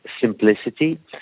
simplicity